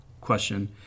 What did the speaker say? question